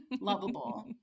lovable